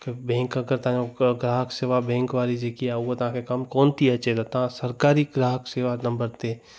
की बैंक अगरि तव्हाअंजो क ग्राहक शेवा बैंक वारी जेकी आहे उहो तव्हांखे कम कोन थी अचे त तव्हां सरकारी ग्राहक शेवा नंबर ते